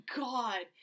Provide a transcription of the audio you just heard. god